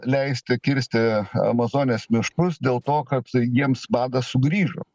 leisti kirsti amazonės miškus dėl to kad jiems badas sugrįžo